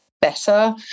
better